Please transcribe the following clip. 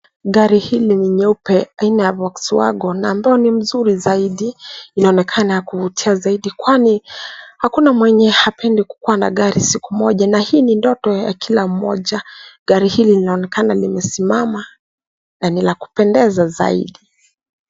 Gari hili ni nyeupe aina ya volkswagen ambayo ni mzuri zaidi inaonekana kuvutia zaidi kwani hakuna mwenye hapendi kukuwa na gari siku moja na hii ni ndoto ya kila mmoja gari hili linaonekana limesimama na ni la kupendeza zaidi.